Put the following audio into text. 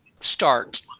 start